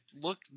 look